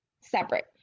separate